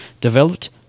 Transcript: Developed